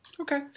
Okay